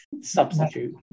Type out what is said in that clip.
substitute